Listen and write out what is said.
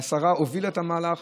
והשרה הובילה את המהלך,